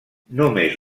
només